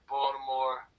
Baltimore